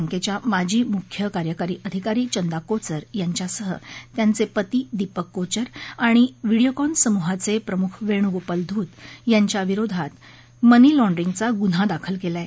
बँकेच्या माजी मुख्य कार्यकारी अधिकारी चंदा कोचर यांच्यासह त्यांचे पती दीपक कोचर आणि व्हिडियोकॉन समूहाचे प्रमुख वेणुगोपाल धूत यांच्याविरोधात मनिलॉण्डरिंगचा गुन्हा दाखल केला आहे